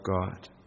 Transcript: God